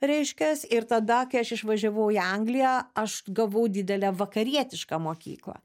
reiškias ir tada kai aš išvažiavau į angliją aš gavau didelę vakarietišką mokyklą